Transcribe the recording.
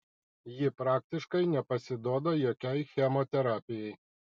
ji praktiškai nepasiduoda jokiai chemoterapijai